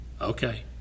Okay